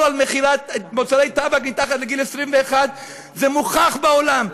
מכירת מוצרי טבק מתחת לגיל 21. זה מוכח בעולם,